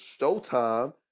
Showtime